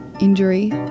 injury